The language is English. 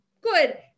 Good